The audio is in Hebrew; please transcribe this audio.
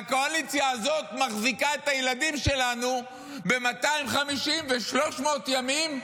והקואליציה הזאת מחזיקה את הילדים שלנו ב-250 ו-300 ימים,